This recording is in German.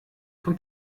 vom